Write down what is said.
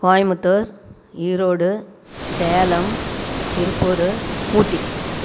Coimbatore Erode Salem Tiruppur Ooty